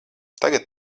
tagad